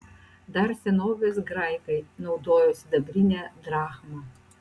dar senovės graikai naudojo sidabrinę drachmą